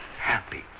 happy